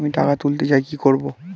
আমি টাকা তুলতে চাই কি করব?